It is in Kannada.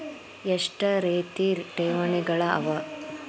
ಎಷ್ಟ ರೇತಿ ಠೇವಣಿಗಳ ಅವ?